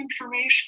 information